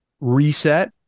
reset